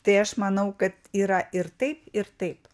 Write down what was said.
tai aš manau kad yra ir taip ir taip